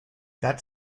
that